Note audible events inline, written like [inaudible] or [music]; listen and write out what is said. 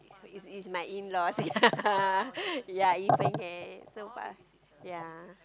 is is my in laws ya [laughs] ya if can get so fast ya